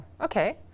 okay